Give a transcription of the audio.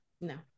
No